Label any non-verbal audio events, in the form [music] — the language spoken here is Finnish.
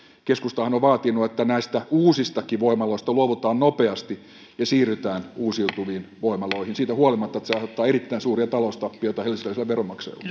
keskustahan on on vaatinut että näistä uusistakin voimaloista luovutaan nopeasti ja siirrytään uusiutuviin voimaloihin siitä huolimatta että se aiheuttaa erittäin suuria taloustappioita helsinkiläisille veronmaksajille [unintelligible]